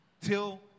till